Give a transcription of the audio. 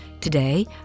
Today